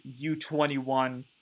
U21